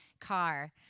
car